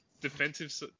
Defensive